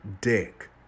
dick